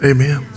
Amen